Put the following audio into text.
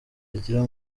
zigira